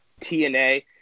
TNA